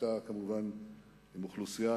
שהיתה כמובן עם אוכלוסייה,